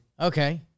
Okay